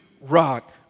rock